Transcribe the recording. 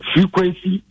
Frequency